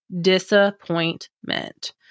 disappointment